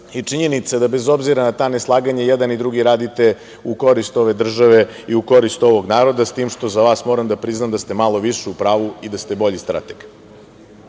i činjenica je da bez obzira na ta neslaganja i jedan i drugi radite u korist ove države i u korist ovog naroda, s tim što za vas moram da priznam da ste malo više u pravu i da ste bolji strateg. Kažu